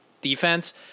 defense